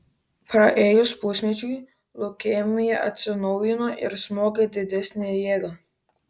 praėjus pusmečiui leukemija atsinaujino ir smogė didesne jėga